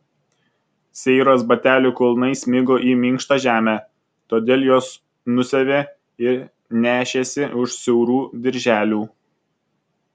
seiros batelių kulnai smigo į minkštą žemę todėl juos nusiavė ir nešėsi už siaurų dirželių